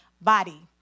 body